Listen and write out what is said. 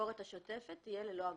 הביקורת השוטפת תהיה ללא אגרה.